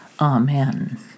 Amen